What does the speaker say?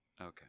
Okay